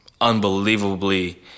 unbelievably